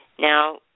Now